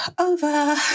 over